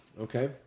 Okay